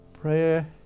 Prayer